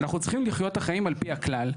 אנחנו צריכים לחיות את החיים על פי הכלל,